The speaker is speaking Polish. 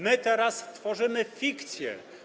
My teraz tworzymy fikcję.